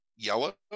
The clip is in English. Yellow